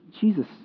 Jesus